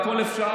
והכול אפשר,